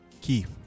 Key